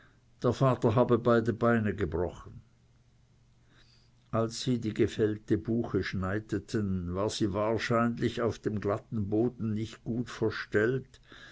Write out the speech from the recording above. der vater habe beide beine gebrochen als sie die gefällte buche schneiteten war sie auf dem glatten boden nicht genug verstellt